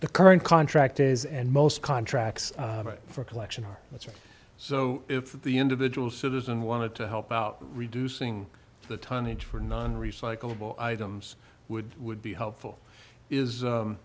the current contract is and most contracts for collection that's right so if the individual citizen wanted to help out reducing the tonnage for non recyclable items would would be helpful is